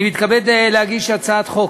אני מתכבד להגיש הצעת חוק,